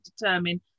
determine